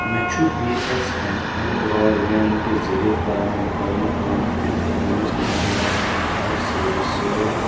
مےٚ چھُ B S N L broadband کہِ ذریعہِ فراہم کرنہٕ آمِتۍ پَننِس لینٛڈ لایِن اِنٹَرنیٚٹ سٔروِس سۭتۍ